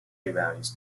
values